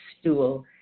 stool